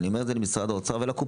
ואני אומר את זה למשרד האוצר ולקופות,